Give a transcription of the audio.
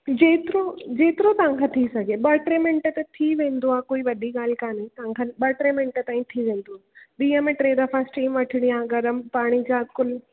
जेतिरो जेतिरो तव्हांखां थी सघे ॿ टे मिंट त थी वेंदो आहे कोई वॾी ॻाल्हि काने ॿ टे मिंट ताईं थी वेंदो आहे ॾींहं में टे दफ़ा स्टीम वठिणी आहे गरम पाणी जा कुलु